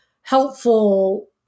helpful